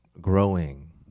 growing